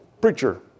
preacher